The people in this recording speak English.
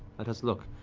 let us look.